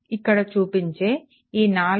ఇక్కడ చూపించే ఈ 4